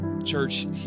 Church